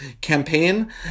campaign